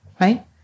right